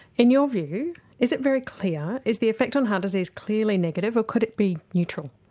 in your view is it very clear, is the effect on heart disease clearly negative or could it be neutral?